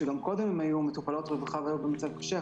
כשגם קודם הן היו מטופלות רווחה ובמצב קשה,